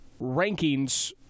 rankings